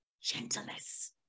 gentleness